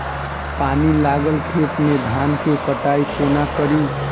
पानि लागल खेत मे धान केँ कटाई कोना कड़ी?